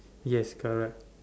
yes correct